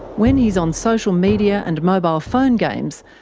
when he's on social media and mobile phone games,